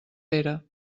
pere